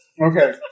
Okay